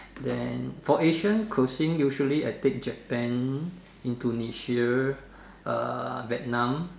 then for Asian cuisine usually I take Japan Indonesia uh Vietnam